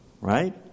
right